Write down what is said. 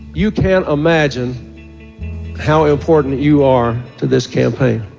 you can't imagine how important you are to this campaign.